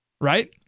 Right